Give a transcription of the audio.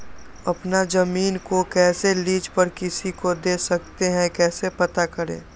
अपना जमीन को कैसे लीज पर किसी को दे सकते है कैसे पता करें?